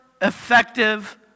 effective